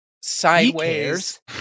sideways